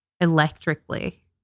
electrically